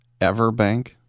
Everbank